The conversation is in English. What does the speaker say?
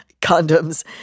condoms